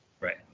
Right